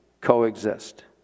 coexist